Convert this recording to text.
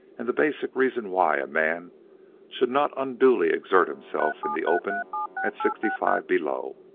and the basic reason why a man should not unduly exert himself in the open at sixty-five below.